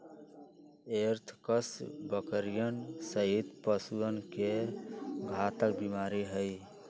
anthrax बकरियन सहित पशुअन के घातक बीमारी हई